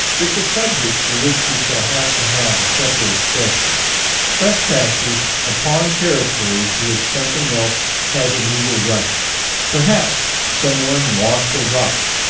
it's a subject for which we shall have to have a separate expression trespassers upon territory to which something else has a legal right perhaps someone lost a rock,